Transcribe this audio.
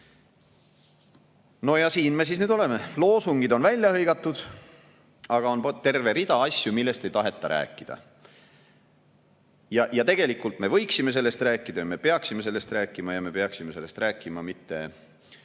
No ja siin me nüüd oleme. Loosungid on välja hõigatud, aga on terve rida asju, millest ei taheta rääkida. Tegelikult me võiksime sellest rääkida ja me peaksime sellest rääkima ja me peaksime sellest rääkima mitte